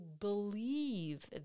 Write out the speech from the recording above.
believe